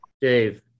Dave